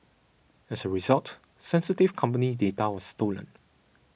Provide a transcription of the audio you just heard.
as a result sensitive company data was stolen